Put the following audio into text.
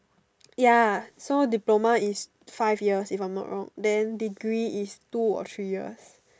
ya so diploma is five years if I'm not wrong then degree is two or three years